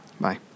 Bye